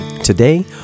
Today